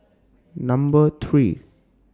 Number three